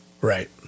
right